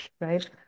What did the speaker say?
right